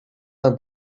van